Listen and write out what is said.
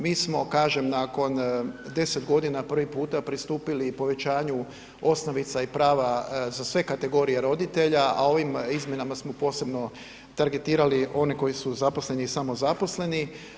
Mi smo, kažem, nakon 10 godina prvi puta pristupili povećanju osnovica i prava za sve kategorije roditelja, a ovim izmjenama smo posebno targetirali one koji su zaposleni i samozaposleni.